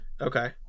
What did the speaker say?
Okay